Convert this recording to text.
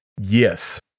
Yes